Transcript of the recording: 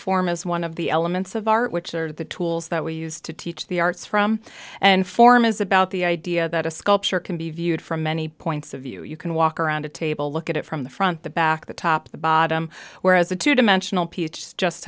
form is one of the elements of art which are the tools that we use to teach the arts from and form is about the idea that a sculpture can be viewed from many points of view you can walk around a table look at it from the front the back the top the bottom where the two dimensional peach just